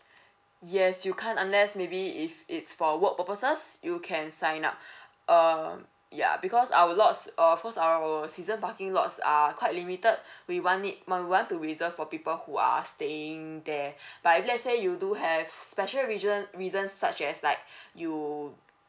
yes you can't unless maybe if it's for work purposes you can sign up um ya because our lots of course our season parking lots are quite limited we want need we want to reserve for people who are staying there but if let's say you do have special reason reasons such as like you